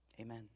Amen